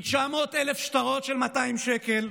עם 900,000 שטרות של 200 שקל.